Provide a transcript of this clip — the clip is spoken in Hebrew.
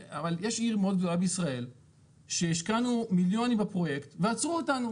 אבל יש עיר מאוד גדולה בישראל שהשקענו מיליונים בפרויקט ועצרו אותנו